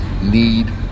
need